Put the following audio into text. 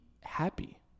happy